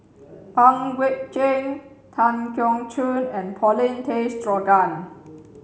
Pang Guek Cheng Tan Keong Choon and Paulin Tay Straughan